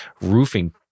roofing